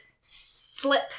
Slip